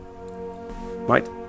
Right